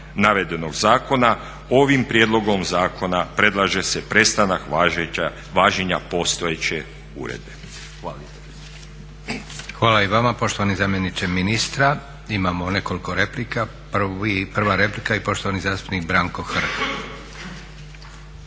navedenog zakona. Ovim prijedlogom zakona predlaže se prestanak važenja postojeće uredbe.